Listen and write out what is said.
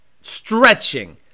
stretching